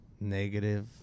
Negative